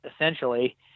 essentially